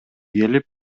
келип